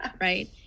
right